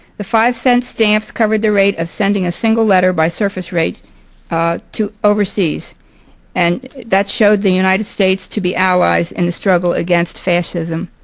the five cent stamps covered the rate of sending a single letter by surface rates ah to overseas and that showed the united states to be allies in the struggle against fascism.